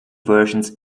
versions